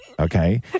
Okay